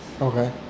Okay